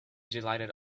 delighted